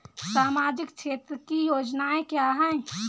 सामाजिक क्षेत्र की योजनाएँ क्या हैं?